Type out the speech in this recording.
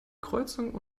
kreuzung